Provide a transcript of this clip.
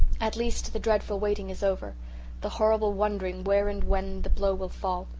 at least the dreadful waiting is over the horrible wondering where and when the blow will fall.